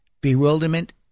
bewilderment